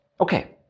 okay